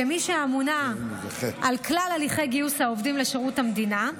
כמי שאמונה על כלל הליכי גיוס העובדים לשירות המדינה,